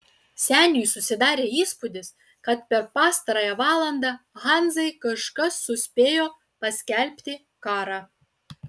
seniui susidarė įspūdis kad per pastarąją valandą hanzai kažkas suspėjo paskelbti karą